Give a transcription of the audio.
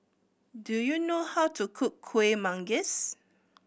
do you know how to cook Kueh Manggis